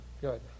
Good